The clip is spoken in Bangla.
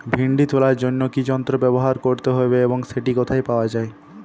ভিন্ডি তোলার জন্য কি যন্ত্র ব্যবহার করতে হবে এবং সেটি কোথায় পাওয়া যায়?